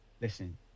listen